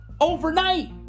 overnight